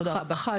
תודה רבה.